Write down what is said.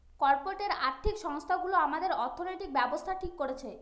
corporate আর্থিক সংস্থানগুলো আমাদের অর্থনৈতিক ব্যাবস্থা ঠিক করছে